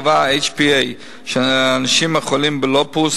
קבע ה-HPA שאנשים החולים בלופוס,